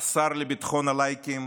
השר לביטחון הלייקים